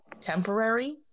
temporary